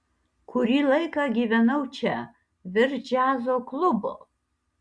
kurį laiką gyvenau čia virš džiazo klubo